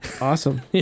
Awesome